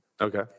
Okay